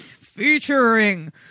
Featuring